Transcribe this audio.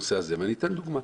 לנושא הזה, ואתן דוגמה.